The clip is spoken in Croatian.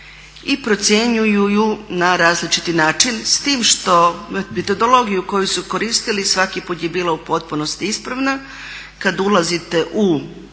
i procjenjuju ju na različiti način s time što metodologiju koju su koristili svaki put je bila u potpunosti ispravna. Kada ulazite u